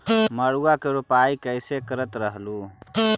मड़उआ की रोपाई कैसे करत रहलू?